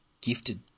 gifted